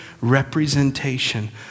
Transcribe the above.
representation